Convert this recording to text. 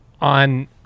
on